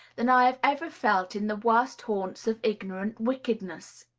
than i have ever felt in the worst haunts of ignorant wickedness.